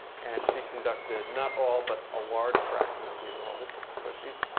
and she conducted not all but a large fraction of these oral histories. so she's,